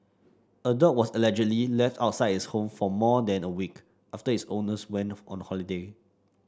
a dog was allegedly left outside its home for more than a week after its owners went on holiday